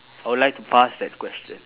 I would like to pass that question